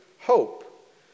hope